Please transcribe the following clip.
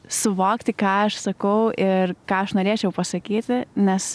suvokti ką aš sakau ir ką aš norėčiau pasakyti nes